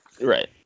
Right